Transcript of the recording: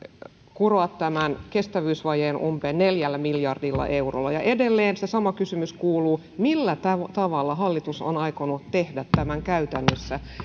kuroa tämän kestävyysvajeen umpeen neljällä miljardilla eurolla ja edelleen se sama kysymys kuluu millä tavalla hallitus on aikonut tehdä tämän käytännössä